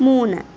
മൂന്ന്